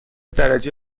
درجه